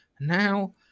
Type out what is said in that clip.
Now